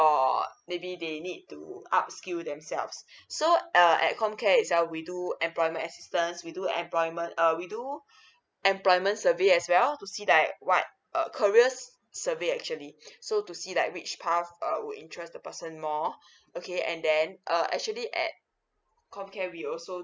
or maybe they need to up skill themselves so uh at come care itself we do employment assistance we do employment uh we do employment survey as well to see like what uh careers survey actually so to see like which path uh would interest the person more okay and then uh actually at com care we also